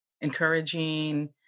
encouraging